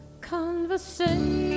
conversation